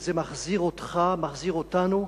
זה מחזיר אותך, אותנו,